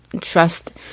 Trust